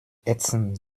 ätzend